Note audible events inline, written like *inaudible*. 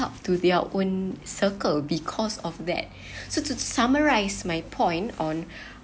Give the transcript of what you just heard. to their own circle because of that *breath* so to summarise my point on *breath*